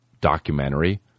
documentary